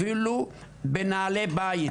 אפילו בנעליי בית.